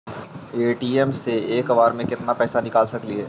ATM से एक बार मे केत्ना पैसा निकल सकली हे?